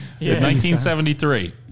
1973